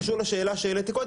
קשור לשאלה שהעליתי קודם,